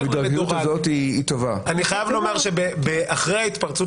אני חייב לומר שאחרי התפרצות